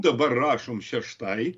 dabar rašom šeštai